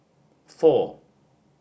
four